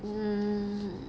mm